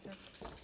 Tak?